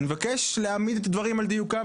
אני מבקש להעמיד את הדברים על דיוקים,